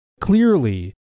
Clearly